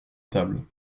table